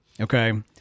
Okay